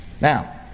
Now